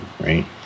Right